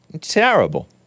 Terrible